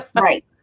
Right